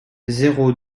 zéro